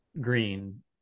green